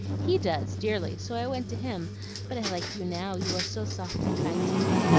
he does, dearly, so i went to him but i like you now, you are so soft and kind to me.